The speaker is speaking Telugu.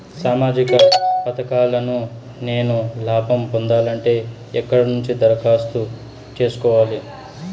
సామాజిక పథకాలను నేను లాభం పొందాలంటే ఎక్కడ నుంచి దరఖాస్తు సేసుకోవాలి?